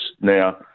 Now